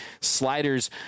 sliders